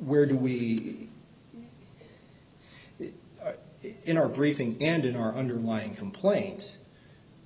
where do we in our briefing and in our underlying complaint